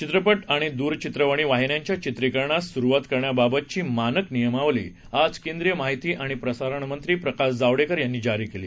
चित्रपट आणि दूरचित्रवाणी वाहिन्यांच्या चित्रीकरणास सुरुवात करण्याबाबतची मानक नियमावली आज केंद्रीय माहिती आणि प्रसारण मंत्री प्रकाश जावडेकर यांनी जारी केली